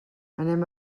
anem